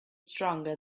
stronger